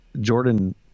Jordan